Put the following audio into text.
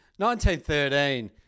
1913